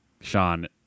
Sean